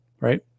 right